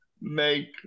make